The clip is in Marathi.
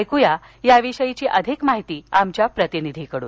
ऐकूया या विषयीची अधिक माहिती आमच्या प्रतिनिधीकडून